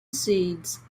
seeds